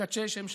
מקדשי שם שמיים.